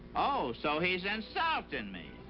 oh, so he's insulting me!